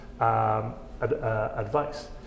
advice